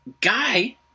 Guy